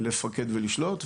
לפקד ולשלוט,